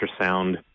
ultrasound